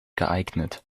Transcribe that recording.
geeignet